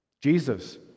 Jesus